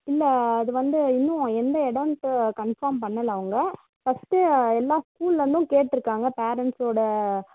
இல்லை அது வந்து இன்னும் எந்த இடம்ன்ட்டு கன்ஃபார்ம் பண்ணலை அவங்க ஃபஸ்ட்டு எல்லா ஸ்கூல்லேருந்தும் கேட்டிருக்காங்க பேரண்ட்ஸோடய